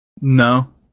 No